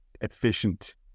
efficient